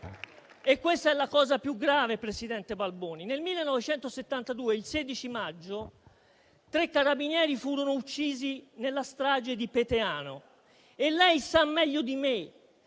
e questa è la cosa più grave, presidente Balboni - tre carabinieri furono uccisi nella strage di Peteano e lei sa meglio di me